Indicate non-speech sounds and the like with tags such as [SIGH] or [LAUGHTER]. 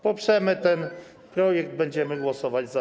Poprzemy ten [NOISE] projekt, będziemy głosować za.